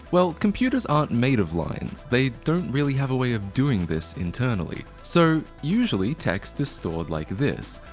well, computers aren't made of lines, they don't really have a way of doing this internally. so usually text is stored like this.